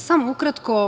Samo ukratko.